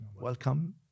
Welcome